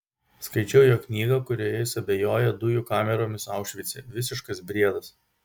skaičiau jo knygą kurioje jis abejoja dujų kameromis aušvice visiškas briedas